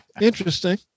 Interesting